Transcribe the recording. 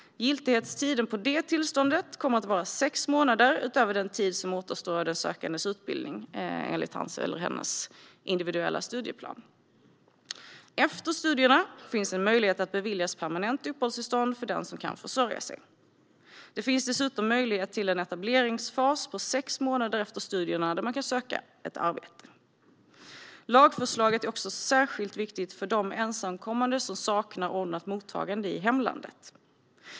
Giltighetstiden på det tillståndet kommer att vara sex månader utöver den tid som återstår av den sökandes utbildning enligt hans eller hennes individuella studieplan. Efter studierna finns en möjlighet att beviljas permanent uppehållstillstånd för den som kan försörja sig. Det finns dessutom möjlighet till en etableringsfas på sex månader efter studierna då man kan söka arbete. Lagförslaget är också särskilt viktigt för de ensamkommande som saknar ett ordnat mottagande i hemlandet.